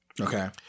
Okay